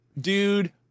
Dude